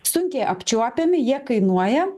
sunkiai apčiuopiami jie kainuoja